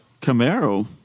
Camaro